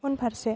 उनफारसे